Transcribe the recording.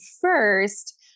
first